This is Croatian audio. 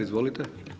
Izvolite.